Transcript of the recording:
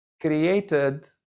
created